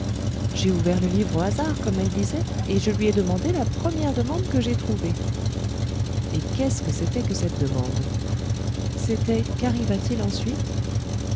j'ai ouvert le livre au hasard comme elle disait et je lui ai demandé la première demande que j'ai trouvée et qu'est-ce que c'était que cette demande c'était quarriva t il ensuite